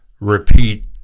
repeat